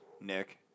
Nick